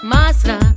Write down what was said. Masra